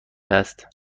است